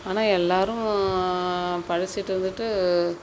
ஆனால் எல்லோரும் படிச்சிட்டு இருந்துட்டு